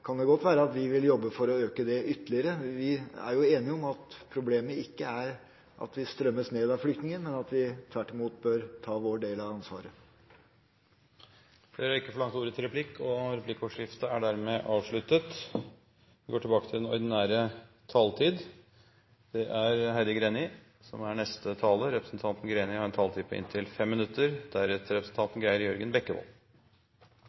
kan det godt være at vi vil jobbe for å øke den ytterligere. Vi er enige om at problemet ikke er at vi oversvømmes av flyktninger, men at vi tvert imot bør ta vår del av ansvaret. Replikkordskiftet er avsluttet. Jeg har lyst til å si noe overordnet først, noe om det store bildet og litt om verdier. Integrering er et spørsmål om arbeidsdeltakelse og skolegang. Det er et spørsmål om å ta sine plikter på